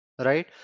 right